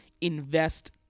invest